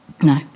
No